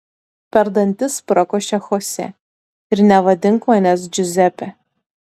per dantis prakošė chose ir nevadink manęs džiuzepe